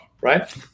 right